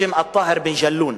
בשם טאהר בן ג'לון,